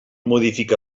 modifica